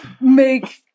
make